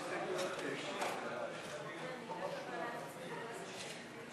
הסתייגות לחלופין (28א)